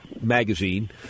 magazine